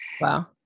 wow